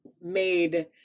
made